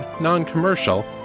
non-commercial